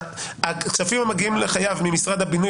הכספים המגיעים לחייב ממשרד הבינוי